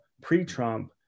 pre-Trump